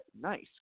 nice